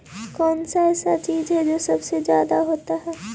कौन सा ऐसा चीज है जो सबसे ज्यादा होता है?